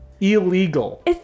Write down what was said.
illegal